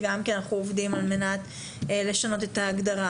שאנחנו עובדים על זה על מנת לשנות את ההגדרה